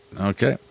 Okay